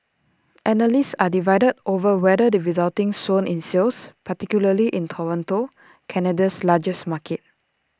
analysts are divided over whether the resulting swoon in sales particularly in Toronto Canada's largest market